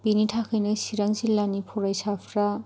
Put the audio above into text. बिनि थाखायनो चिरां जिल्लानि फरायसाफ्रा